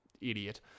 idiot